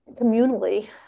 communally